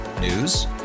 News